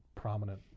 Prominent